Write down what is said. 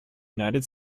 united